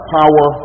power